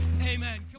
Amen